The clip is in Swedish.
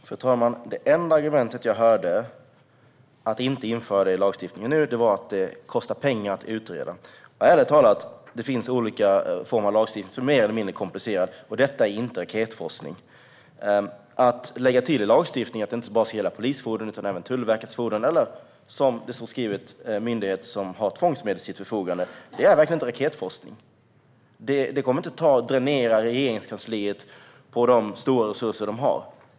Fru talman! Det enda argument jag hörde för att inte införa detta i lagstiftningen var att det kostar pengar att utreda det. Ärligt talat: Det finns olika former av lagstiftning som är mer eller mindre komplicerade, men just detta är inte raketforskning. Att lägga till i lagstiftningen att det här inte bara ska gälla polisfordon utan även fordon från Tullverket - eller, som det står skrivet, myndighet som har tillgång till tvångsmedel - är verkligen inte raketforskning. Det kommer inte att dränera Regeringskansliet på de stora resurser det har.